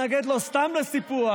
לא סתם התנגד לסיפוח,